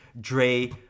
Dre